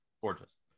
Gorgeous